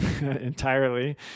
entirely